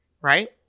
right